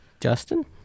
Justin